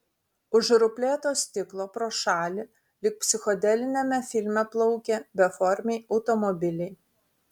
už ruplėto stiklo pro šalį lyg psichodeliniame filme plaukė beformiai automobiliai